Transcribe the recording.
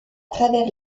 travers